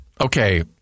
okay